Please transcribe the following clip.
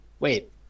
Wait